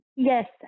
Yes